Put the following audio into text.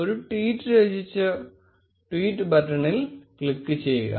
ഒരു ട്വീറ്റ് രചിച്ച് ട്വീറ്റ് ബട്ടണിൽ ക്ലിക്കുചെയ്യുക